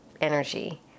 energy